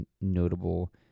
notable